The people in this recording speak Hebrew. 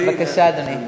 בבקשה, אדוני.